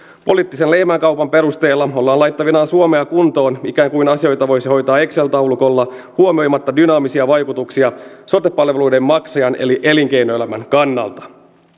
poliittisen lehmänkaupan perusteella ollaan laittavinaan suomea kuntoon ikään kuin asioita voisi hoitaa excel taulukolla huomioimatta dynaamisia vaikutuksia sote palveluiden maksajan eli elinkeinoelämän kannalta